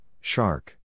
shark